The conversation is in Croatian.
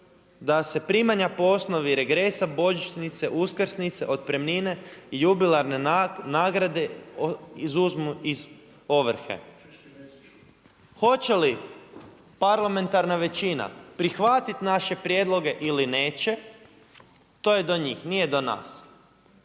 da se primanja po osnovi regresa, božićnice, uskrsnice, otpremnine i jubilarne nagrade izuzmu iz ovrhe. Hoće li parlamentarna većina prihvatiti naše prijedloge ili neće, to je do njih. Nije do nas.